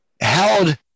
held